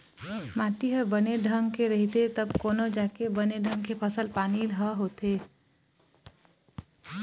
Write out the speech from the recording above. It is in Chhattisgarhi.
माटी ह बने ढंग के रहिथे तब कोनो जाके बने ढंग के फसल पानी ह होथे